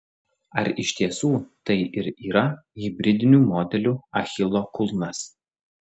ar iš tiesų tai ir yra hibridinių modelių achilo kulnas